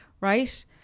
right